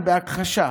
הם בהכחשה.